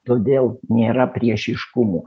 todėl nėra priešiškumų